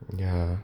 ya